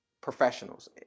professionals